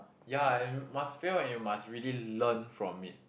ya and must fail and you must really learn from it